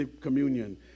communion